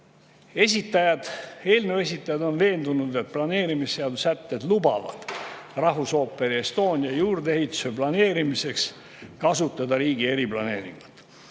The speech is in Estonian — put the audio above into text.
huvi. Eelnõu esitajad on veendunud, et planeerimisseaduse sätted lubavad Rahvusooper Estonia juurdeehituse planeerimiseks kasutada riigi eriplaneeringut.